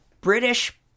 British